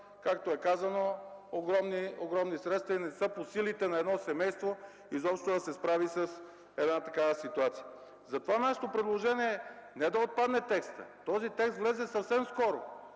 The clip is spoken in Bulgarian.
както е казано, огромни средства и не са по силите на едно семейство изобщо да се справи с една такава ситуация. Затова нашето предложение е не да отпадне текстът. Този текст влезе съвсем скоро.